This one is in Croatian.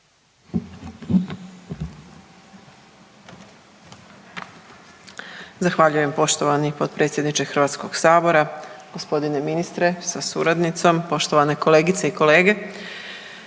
Zahvaljujem poštovani potpredsjedniče Hrvatskoga sabora. Gospodine ministre sa suradnicom, poštovane kolegice i kolege.